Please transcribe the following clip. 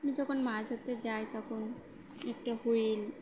আমি যখন মাছ ধরতে যাই তখন একটা হুইল